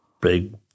big